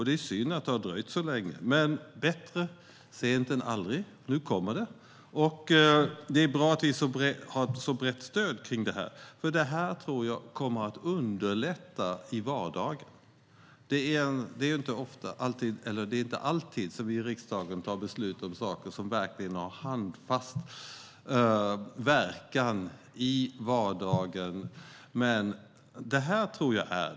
Det är synd att det har dröjt så länge, men bättre sent än aldrig. Nu kommer den, och det är bra att det finns ett så brett stöd kring detta. Jag tror att det kommer att underlätta i vardagen. Det är inte alltid som vi i riksdagen fattar beslut om saker som verkligen har en handfast verkan i vardagen, men det här har nog det.